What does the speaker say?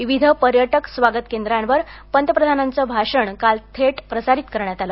विविध पर्यटक स्वागत केंद्रांवर पंतप्रधानांचे भाषण काल थेट प्रसारित करण्यात आलं